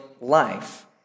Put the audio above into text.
life